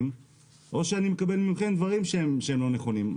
או שאני מקבל מכם דברים שהם לא נכונים.